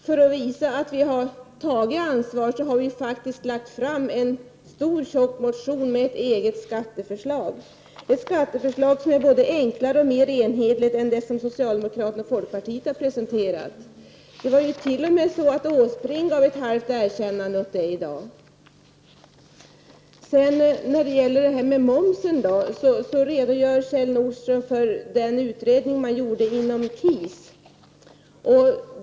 För att visa att vi har tagit ansvar har vi faktiskt lagt fram en stor och tjock motion med eget skatteförslag, som är både enklare och mer enhetligt än det som regeringspartiet och folkpartiet har presenterat. Det var t.o.m. så att statsrådet Åsbrink gav det ett halvt erkännande i dag. När det gäller momsen redogjorde Kjell Nordström för den utredning som har gjorts inom KIS.